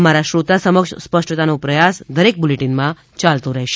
અમારા શ્રોતા સમક્ષ સ્પષ્ટતાનો પ્રયાસ દરેક બુલેટિન માં ચાલતો રહેશે